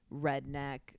redneck